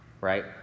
right